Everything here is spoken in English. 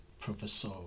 Professor